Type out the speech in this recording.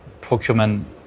procurement